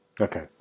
Okay